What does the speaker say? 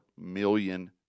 million